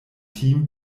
team